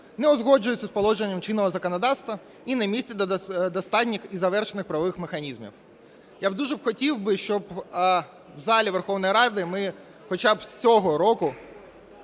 не узгоджуються з положенням чинного законодавства і не містять достатніх і завершених правових механізмів". Я б дуже хотів би, щоб у залі Верховної Ради ми хоча б з цього року